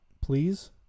please